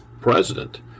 president